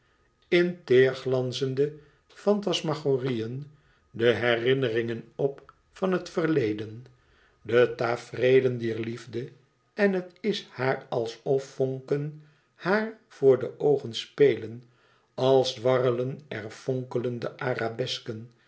fantasmagorieën des herinneringen op van het verleden de tafereelen dier liefde en het is haar als of vonken haar voor de oogen spelen als dwarrelen er fonkelende arabesken